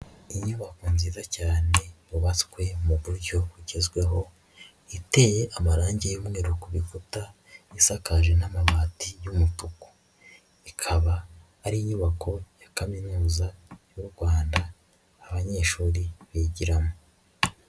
Inyubako nziza cyane yubatswe mu buryo bugezweho, iteye amarangi y'umweru ku bikuta, isakaje n'amabati y'umutuku, ikaba ari inyubako ya Kaminuza y'u Rwanda, abanyeshuri bigiramo.